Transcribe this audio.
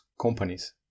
companies